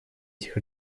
этих